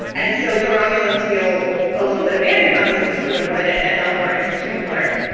and so the romulans feel a little bit abandoned on this particular planet. and eleanor in particular.